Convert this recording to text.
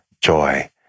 joy